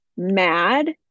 Mad